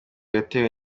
yatewe